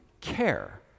care